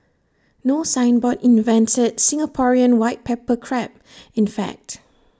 no signboard invented Singaporean white pepper Crab in fact